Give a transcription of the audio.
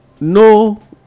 no